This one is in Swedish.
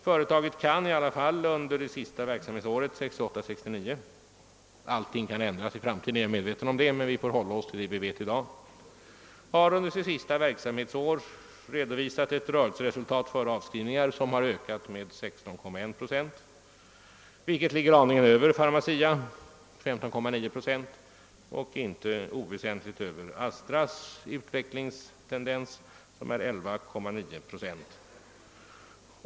Jag vet inte hur herr Burenstam Linder vill rubricera de båda sistnämnda företagen, och allting kan ju ändra sig i framtiden. Vi får hålla oss till vad vi vet i dag och se på de rörelseresultat som föreligger. Och Kabis rörelseresultat före avskrivningen har ökat med 16,1 procent, alltså litet mer än Pharmacias 15,9 och inte oväsentligt mer än Astras 11,9 procent.